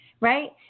right